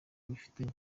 bifitanye